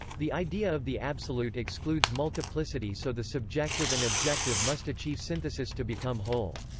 the idea of the absolute excludes multiplicity so the subjective and objective must achieve synthesis to become whole.